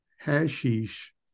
hashish